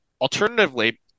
Alternatively